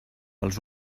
els